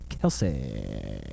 Kelsey